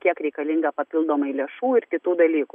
kiek reikalinga papildomai lėšų ir kitų dalykų